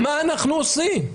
מה אנחנו עושים?